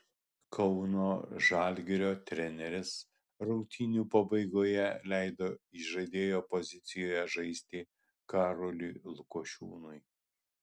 kauno žalgirio treneris rungtynių pabaigoje leido įžaidėjo pozicijoje žaisti karoliui lukošiūnui